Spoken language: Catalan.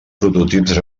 prototips